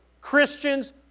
Christians